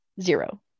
zero